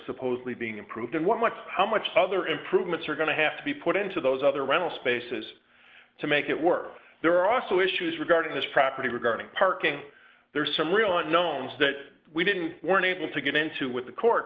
supposedly being improved and what's how much other improvements are going to have to be put into those other rental spaces to make it work there are also issues regarding this property regarding parking there's some real unknowns that we didn't weren't able to get into with the court